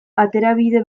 aterabide